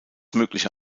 mögliche